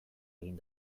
egin